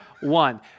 one